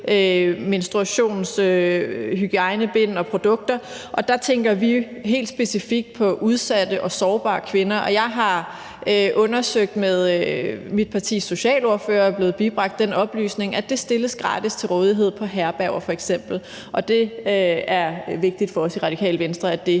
adgang til hygiejnebind og -produkter, og der tænker vi helt specifikt på udsatte og sårbare kvinder. Jeg har undersøgt det og er af mit partis socialordfører blevet bibragt den oplysning, at det stilles gratis til rådighed på f.eks herberger. Og det er vigtigt for os i Radikale Venstre, at det